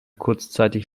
kurzzeitig